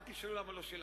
אל תשאלו למה לא שילמתם,